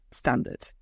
standard